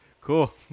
Cool